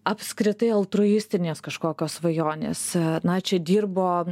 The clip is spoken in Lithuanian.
apskritai altruistinės kažkokios svajonės na čia dirbo